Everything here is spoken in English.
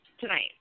tonight